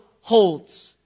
holds